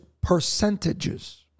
percentages